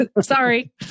Sorry